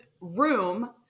room